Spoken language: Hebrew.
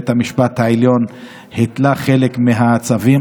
בית המשפט העליון התנה חלק מהצווים,